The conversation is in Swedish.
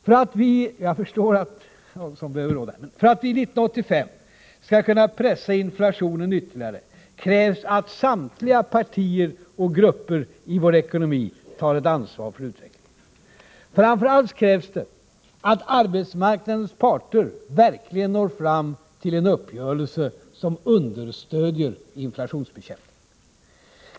För att vi 1985 skall kunna pressa inflationen ytterligare krävs att samtliga partier och grupper i vår ekonomi tar ett ansvar för utvecklingen. Framför allt krävs det att arbetsmarknadens parter verkligen når fram till en uppgörelse som understödjer inflationsbekämpningen.